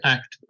Act